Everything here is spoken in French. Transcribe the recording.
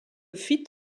fit